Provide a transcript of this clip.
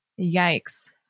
yikes